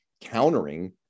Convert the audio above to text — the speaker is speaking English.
countering